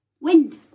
Wind